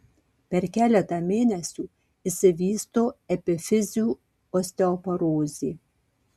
per keletą mėnesių išsivysto epifizių osteoporozė